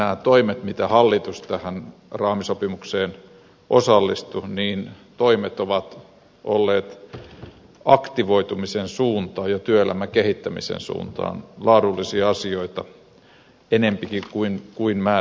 nämä toimet millä hallitus tähän raamisopimukseen osallistui ovat olleet aktivoitu misen suuntaan ja työelämän kehittämisen suuntaan laadullisia asioita enempikin kuin määrällisiä